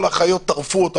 כל החיות טרפו אותה.